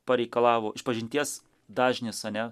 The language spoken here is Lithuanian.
pareikalavo išpažinties dažnis ane